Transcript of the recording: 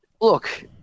look